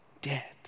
dead